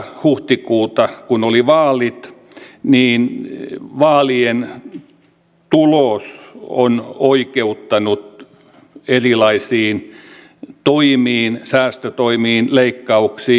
huhtikuuta oli vaalit niin vaalien tulos on oikeuttanut erilaisiin toimiin säästötoimiin leikkauksiin